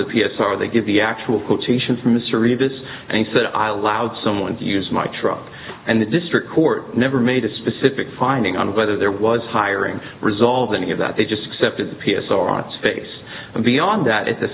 the p s r they give the actual quotations from mr reavis and said i allowed someone to use my truck and the district court never made a specific finding on whether there was hiring resolves any of that they just accepted the p s o on its face and beyond that at the